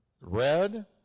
red